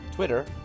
Twitter